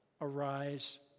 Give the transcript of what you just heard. arise